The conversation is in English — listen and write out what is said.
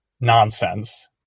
nonsense